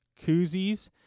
koozies